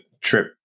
trip